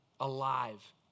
alive